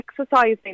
exercising